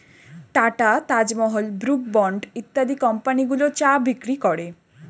tata, Taj Mahal, Brooke Bond ইত্যাদি কোম্পানিগুলো চা বিক্রি করে